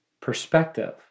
perspective